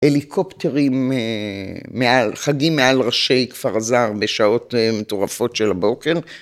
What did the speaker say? הליקופטרים, חגים מעל ראשי כפר הזר בשעות מטורפות של הבוקר.